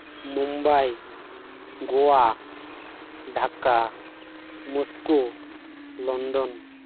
Mumbai Goa Dhaka Moscow London